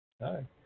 Hi